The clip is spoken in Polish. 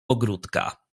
ogródka